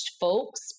folks